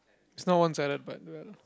it's not one sided but well